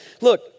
look